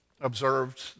observed